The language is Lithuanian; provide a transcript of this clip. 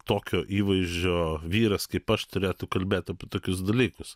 tokio įvaizdžio vyras kaip aš turėtų kalbėt apie tokius dalykus